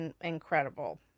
incredible